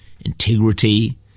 integrity